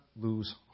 lose